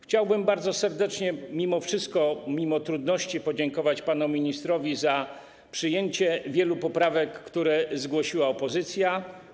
Chciałbym bardzo serdecznie - mimo wszystko, mimo trudności - podziękować panu ministrowi za przyjęcie wielu poprawek, które zgłosiła opozycja.